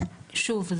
שוב,